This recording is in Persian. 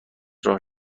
راه